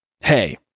Hey